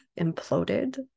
imploded